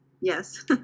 yes